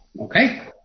Okay